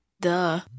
Duh